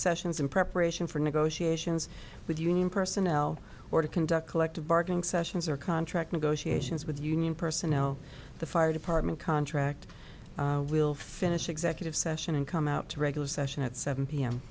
sessions in preparation for negotiations with union personnel or to conduct collective bargaining sessions or contract negotiations with union personnel the fire department contract will finish executive session and come out to regular session at seven p